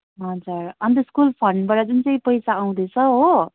हजुर अन्त स्कुल फन्डबाट जुन चाहिँ पैसा आउँदैछ हो